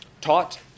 taught